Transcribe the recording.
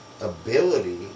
ability